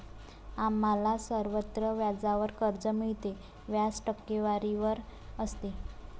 आम्हाला सर्वत्र व्याजावर कर्ज मिळते, व्याज टक्केवारीवर असते